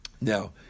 Now